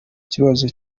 kibazo